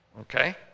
Okay